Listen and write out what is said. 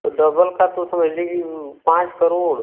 तो डबल का तो समझ लें कि पाँच करोड़